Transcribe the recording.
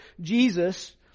Jesus